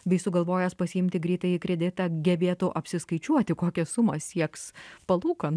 bei sugalvojęs pasiimti greitąjį kreditą gebėtų apsiskaičiuoti kokią sumą sieks palūkanų